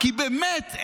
באמת,